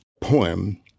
poem